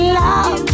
love